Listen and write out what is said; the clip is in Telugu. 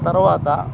తర్వాత